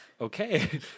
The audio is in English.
okay